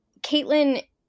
Caitlin